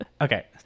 Okay